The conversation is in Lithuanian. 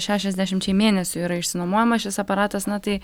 šešiasdešimčiai mėnesių yra išsinuomojamas šis aparatas na tai